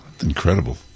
Incredible